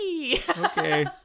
okay